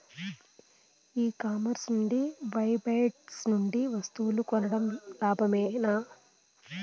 E commerce website నుండి వస్తువులు కొనడం లాభమేనా?